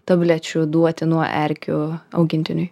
tablečių duoti nuo erkių augintiniui